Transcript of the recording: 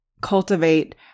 cultivate